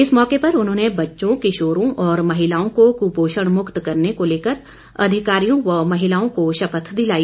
इस मौके पर उन्होंने बच्चों किशोरों और महिलाओं को कुपोषण मुक्त करने को लेकर अधिकारियों व महिलाओं को शपथ दिलाई